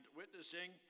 witnessing